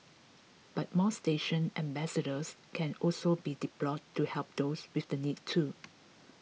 but more station ambassadors can also be deployed to help those with the need too